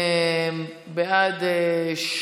בעד,